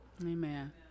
Amen